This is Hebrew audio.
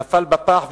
נפל בפח,